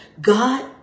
God